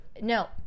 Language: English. no